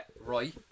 right